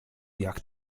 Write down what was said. jak